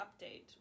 update